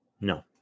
No